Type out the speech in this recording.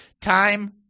time